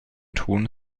tun